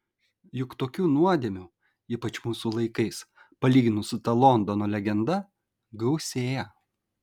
juk tokių nuodėmių ypač mūsų laikais palyginus su ta londono legenda gausėja